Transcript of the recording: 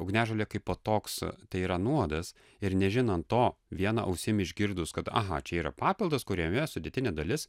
ugniažolė kaipo toks tai yra nuodas ir nežinant to viena ausim išgirdus kad aha čia yra papildas kuriame sudėtinė dalis